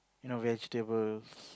you know vegetables